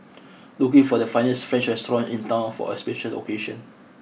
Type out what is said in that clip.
looking for the finest French restaurants in town for a special occasion